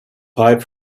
pipe